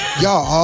y'all